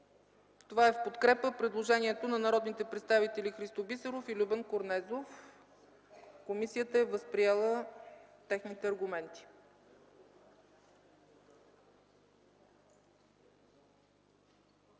Това е в подкрепа предложението на народните представители Христо Бисеров и Любен Корнезов. Комисията е възприела техните аргументи.